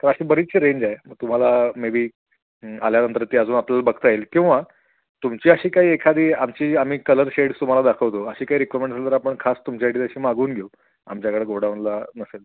तर अशी बरीचशी रेंज आहे मग तुम्हाला मेबी आल्यानंतर ती अजून आपल्याला बघता येईल किंवा तुमची अशी काही एखादी आमची आम्ही कलर शेड्स तुम्हाला दाखवतो अशी काही रिक्वेस्ट असल तर आपण खास तुमच्यासाठी अशी मागवून घेऊ आमच्याकडे गोडाउनला नसेल तर